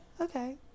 Okay